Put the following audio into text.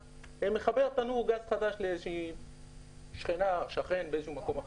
מחבר תנור גז חדש לאיזו שכנה במקום אחר.